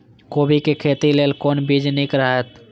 कोबी के खेती लेल कोन बीज निक रहैत?